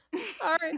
Sorry